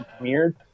premiered